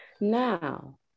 now